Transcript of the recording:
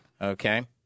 Okay